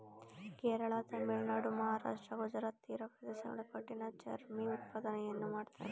ಕೇರಳ, ತಮಿಳುನಾಡು, ಮಹಾರಾಷ್ಟ್ರ, ಗುಜರಾತ್ ತೀರ ಪ್ರದೇಶಗಳಲ್ಲಿ ಕಠಿಣ ಚರ್ಮಿ ಉತ್ಪಾದನೆಯನ್ನು ಮಾಡ್ತರೆ